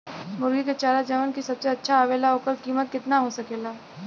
मुर्गी के चारा जवन की सबसे अच्छा आवेला ओकर कीमत केतना हो सकेला?